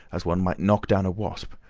as one might knock down a wasp,